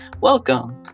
welcome